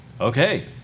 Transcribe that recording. okay